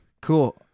Cool